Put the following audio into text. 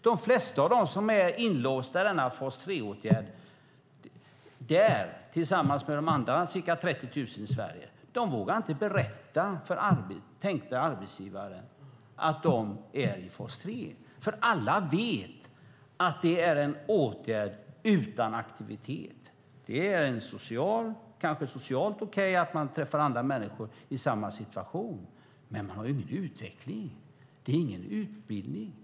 De flesta av dem som där är inlåsta i denna fas 3-åtgärd, tillsammans med de andra ca 30 000 i Sverige, vågar inte berätta för tänkta arbetsgivare att de är i fas 3, för alla vet att det är en åtgärd utan aktivitet. Det är kanske socialt okej att man träffar andra människor i samma situation, men man har ingen utveckling. Det är ingen utbildning.